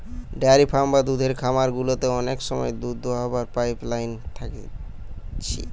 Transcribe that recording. dairy farm বা দুধের খামার গুলাতে অনেক সময় দুধ দোহাবার পাইপ লাইন থাকতিছে